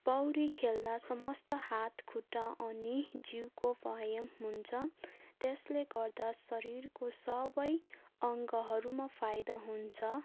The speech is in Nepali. पौडी खेल्दा समस्त हात खुट्टा अनि जिउको व्यायाम हुन्छ त्यसले गर्दा शरीरको सबै अङ्गहरूमा फाइदा हुन्छ